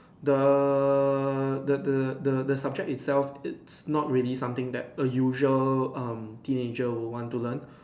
the the the the the subject itself it's not really something that a usual um teenager would want to learn